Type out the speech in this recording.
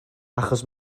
achos